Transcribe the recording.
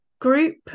group